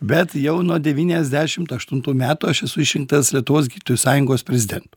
bet jau nuo devyniasdešimt aštuntų metų aš esu išrinktas lietuvos gydytojų sąjungos prezidentu